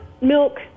milk